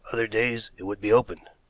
other days it would be opened.